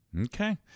Okay